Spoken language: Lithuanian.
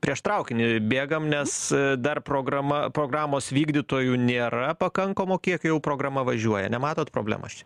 prieš traukinį bėgam nes dar programa programos vykdytojų nėra pakankamo kiekio jau programa važiuoja nematot problemos čia